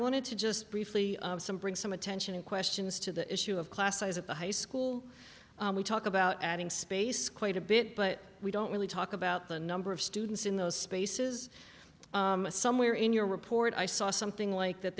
wanted to just briefly of some bring some attention and questions to the issue of class size at the high school we talk about adding space quite a bit but we don't really talk about the number of students in those spaces somewhere in your report i saw something like that